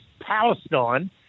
Palestine